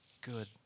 good